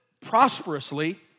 prosperously